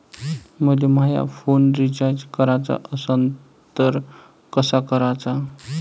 मले माया phone recharge कराचा असन तर कसा कराचा?